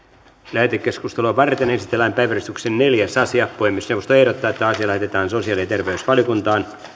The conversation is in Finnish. lähetekeskustelua varten esitellään päiväjärjestyksen neljäs asia puhemiesneuvosto ehdottaa että asia lähetetään sosiaali ja terveysvaliokuntaan